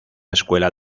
escuela